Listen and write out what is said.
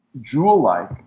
jewel-like